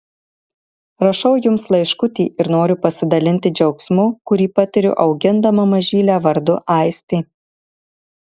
rašau jums laiškutį ir noriu pasidalinti džiaugsmu kurį patiriu augindama mažylę vardu aistė